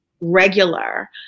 regular